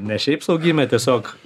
ne šiaip sau gimė tiesiog